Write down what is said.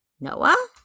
Noah